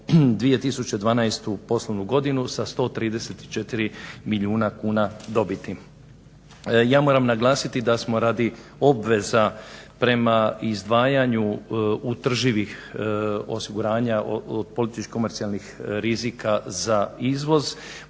2012. poslovnu godinu sa 134 milijuna kuna dobiti. Ja moram naglasiti da smo radi obveza prema izdvajanju utrživih osiguranja političko-komercijalnih rizika za izvoz